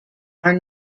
are